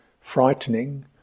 frightening